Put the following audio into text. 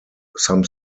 some